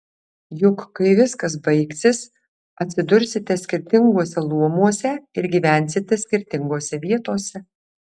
juk kai viskas baigsis atsidursite skirtinguose luomuose ir gyvensite skirtingose vietose